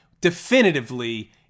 definitively